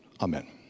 Amen